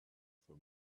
for